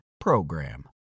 PROGRAM